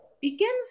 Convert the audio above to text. begins